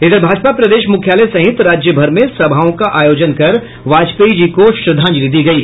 इधर भाजपा प्रदेश मुख्यालय सहित राज्यभर में सभाओं का आयोजन कर वाजपेयी जी को श्रद्वाजंलि दी गयी